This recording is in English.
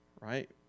right